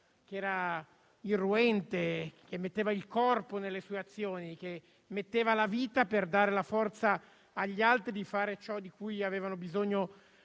che era irruente, metteva il corpo nelle sue azioni e metteva la vita per dare la forza agli altri di fare ciò di cui avevano bisogno.